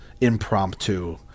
impromptu